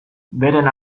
beren